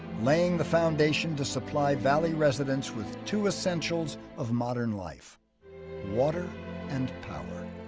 laying the foundation to supply valley residents with two essentials of modern life water and power.